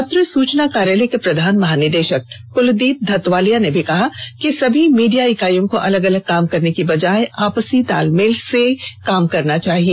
पत्र सुचना कार्यालय के प्रधान महानिदेशक क्लदीप धतवालिया ने भी कहा कि सभी मीडिया इाकईयों को अलग अलग काम करने की बजाय आपसी तालमेल से काम करना चाहिए